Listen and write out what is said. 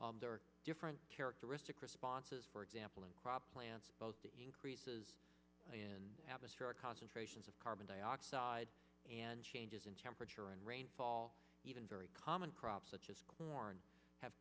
there are different characteristic responses for example in crop plants both the increases in aventura concentrations of carbon dioxide and changes in temperature and rainfall even very common crops such as corn have